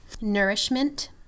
nourishment